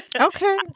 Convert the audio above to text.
Okay